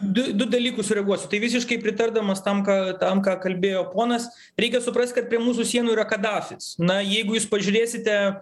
du du dalykus sureaguosiu tai visiškai pritardamas tam ką tam ką kalbėjo ponas reikia suprast kad prie mūsų sienų yra kadafis na jeigu jūs pažiūrėsite